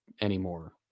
anymore